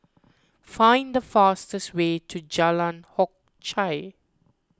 find the fastest way to Jalan Hock Chye